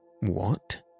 What